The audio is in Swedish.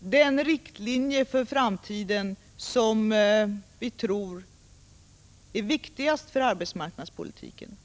den 3 april 1986 riktlinje för framtiden som vi tror är viktigast för arbetsmarknadspolitiken.